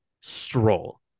stroll